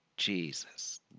Jesus